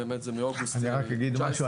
באמת מאוגוסט 2019. אני רק אגיד משהו.